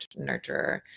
nurturer